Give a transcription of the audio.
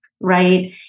right